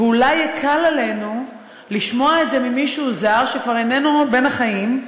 ואולי יקל עלינו לשמוע את זה ממישהו זר שכבר איננו בין החיים,